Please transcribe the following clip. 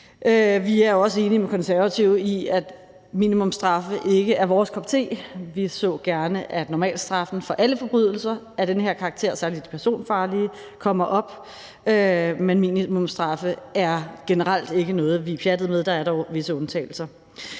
Som hos De Konservative er minimumsstraffe heller ikke vores kop te. Vi så gerne, at normalstraffen for alle forbrydelser af den her karakter og særlig de personfarlige bliver sat op, men minimumsstraffe er generelt ikke noget, vi er pjattede med. Der er dog visse undtagelser.